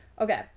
okay